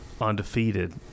undefeated